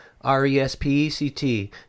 R-E-S-P-E-C-T